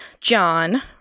John